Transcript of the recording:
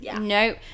no